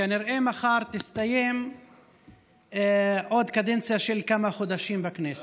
כנראה מחר תסתיים עוד קדנציה של כמה חודשים בכנסת,